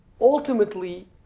ultimately